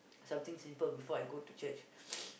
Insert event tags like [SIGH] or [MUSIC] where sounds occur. something simple before I go to church [NOISE]